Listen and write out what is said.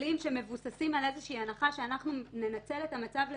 כללים שמבוססים על הנחה שאנחנו ננצל את המצב לרעה,